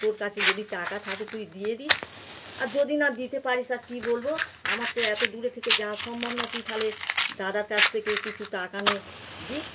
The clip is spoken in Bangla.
তোর কাছে যদি টাকা থাকে তুই দিয়ে দিস আর যদি না দিতে পারিস আর কী বলবো আমার তো এতো দূরে থেকে যাওয়া সম্ভব না তুই তাহলে দাদার কাছ থেকে কিছু টাকা নে দিস